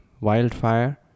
wildfire